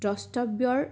দ্ৰস্তব্যৰ